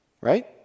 Right